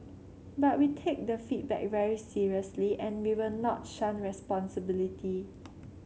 but we take the feedback very seriously and we will not shun responsibility